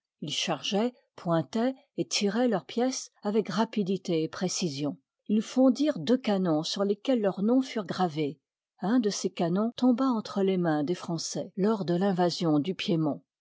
ils chargeoient pointoient et tiroient leurs pièces avec rapidité et précision ils fondirent deux canons sur lesquels leurs noms furent gravés un de ces canons tomba entre les mains des français lors de l'invasion du piémont